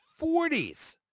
40s